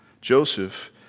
Joseph